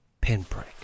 pinprick